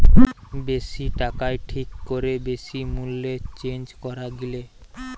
বেশি টাকায় ঠিক করে বেশি মূল্যে চেঞ্জ করা গিলে